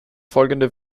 folgende